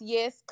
Yes